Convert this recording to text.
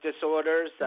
Disorders